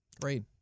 Great